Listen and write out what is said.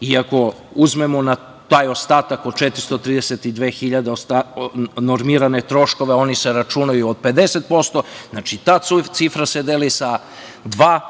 i ako uzmemo na taj ostatak od 432 hiljade normirane troškove, oni se računaju od 50%, znači ta cifra se deli sa dva,